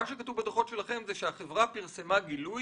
מה שכתוב בדוחות שלכם: "החברה פרסמה גילוי